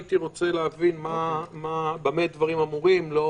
הייתי רוצה להבין במה דברים אמורים, לא